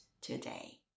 today